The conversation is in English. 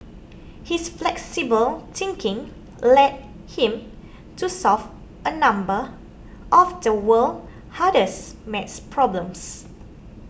his flexible thinking led him to solve a number of the world's hardest math problems